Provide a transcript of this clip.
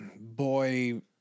Boy